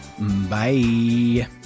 bye